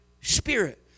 spirit